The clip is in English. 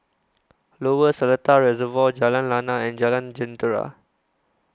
Lower Seletar Reservoir Jalan Lana and Jalan Jentera